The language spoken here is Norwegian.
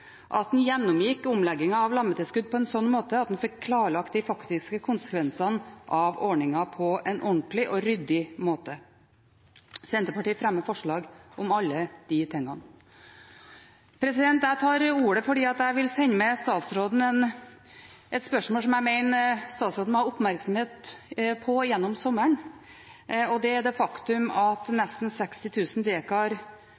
at man gjennomgikk omleggingen av lammetilskudd på en slik måte at man fikk klarlagt de faktiske konsekvensene av ordningen på en ordentlig og ryddig måte. Senterpartiet fremmer forslag om alle de tingene. Jeg tar ordet fordi jeg vil sende med statsråden et spørsmål som jeg mener statsråden må ha oppmerksomhet på gjennom sommeren, og det er det faktum at nesten